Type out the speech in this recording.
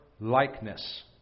likeness